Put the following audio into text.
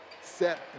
set